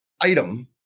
item